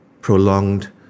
prolonged